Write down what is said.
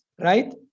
right